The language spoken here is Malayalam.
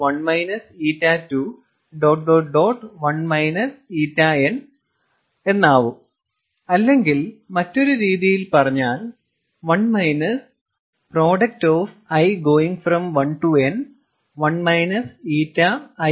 1 ƞn അല്ലെങ്കിൽ മറ്റൊരു രീതിയിൽ പറഞ്ഞാൽ 1 പ്രോഡക്റ്റ്Π ലിമിറ്റ് i 1 മുതൽ n 1 ƞi